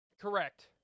correct